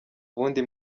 ubundi